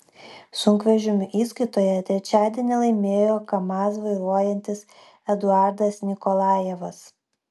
sunkvežimių įskaitoje trečiadienį laimėjo kamaz vairuojantis eduardas nikolajevas